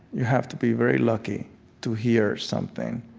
you have to be very lucky to hear something.